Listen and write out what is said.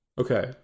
Okay